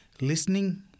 listening